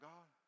God